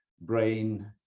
brain